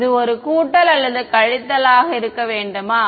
இது ஒரு கூட்டல் அல்லது கழித்தல் இருக்க வேண்டுமா